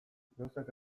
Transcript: gauzak